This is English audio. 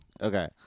Okay